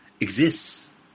exists